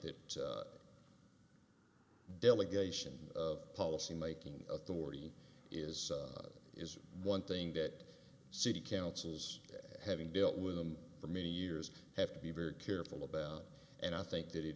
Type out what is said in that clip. that delegation of policy making authority is is one thing that city councils having dealt with them for many years have to be very careful about it and i think that it